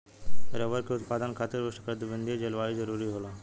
rubber के उत्पादन खातिर उष्णकटिबंधीय जलवायु जरुरी होला